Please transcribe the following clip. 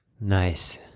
nice